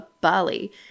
Bali